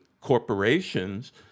corporations